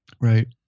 right